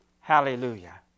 Hallelujah